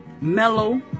Mellow